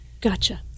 Gotcha